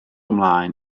mlaen